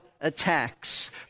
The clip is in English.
attacks